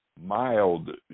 mild